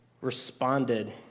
responded